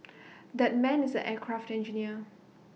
that man is an aircraft engineer